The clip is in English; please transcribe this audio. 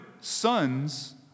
sons